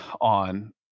on